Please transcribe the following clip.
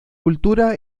cultura